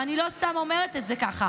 ואני לא סתם אומרת את זה ככה,